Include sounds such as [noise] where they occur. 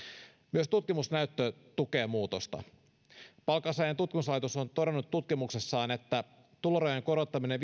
myös tutkimusnäyttö tukee muutosta palkansaajien tutkimuslaitos on todennut tutkimuksessaan että tulorajojen korottaminen [unintelligible]